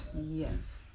Yes